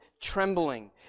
trembling